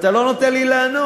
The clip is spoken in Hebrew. אתה לא נותן לי לענות.